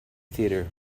theatre